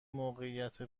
موقعیت